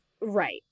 Right